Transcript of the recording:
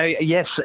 Yes